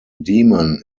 demon